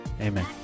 Amen